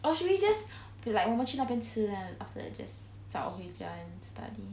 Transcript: or should we just like 我们去那边吃 after just 早回家 then study